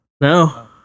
No